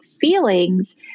feelings